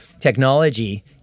technology